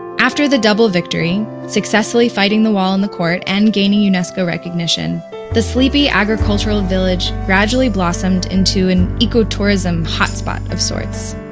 after the double victory successfully fighting the wall in the court and gaining unesco recognition the sleepy agricultural village gradually blossomed into an ecotourism hot-spot of sorts.